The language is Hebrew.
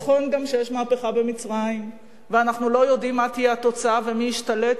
נכון גם שיש מהפכה במצרים ואנחנו לא יודעים מה תהיה התוצאה ומי ישתלט,